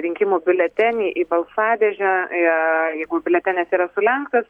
rinkimų biuletenį į balsadėžę ir jeigu biuletenis yra sulenktas